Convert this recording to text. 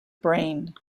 brain